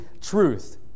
truth